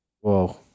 Whoa